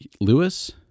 Lewis